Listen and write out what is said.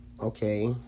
Okay